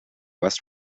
west